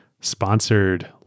sponsored